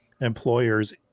employers